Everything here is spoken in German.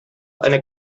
eine